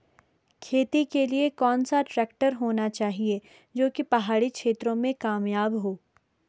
खेती के लिए कौन सा ट्रैक्टर होना चाहिए जो की पहाड़ी क्षेत्रों में कामयाब हो?